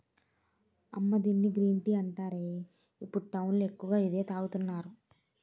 అమ్మా దీన్ని green tea అంటారే, ఇప్పుడు టౌన్ లో ఎక్కువగా ఇదే తాగుతున్నారు